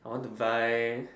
I want to buy